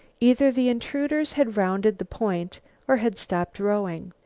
either the intruders had rounded the point or had stopped rowing.